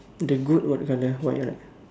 the goat what colour white right